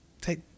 take